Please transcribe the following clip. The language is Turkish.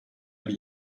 bir